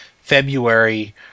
February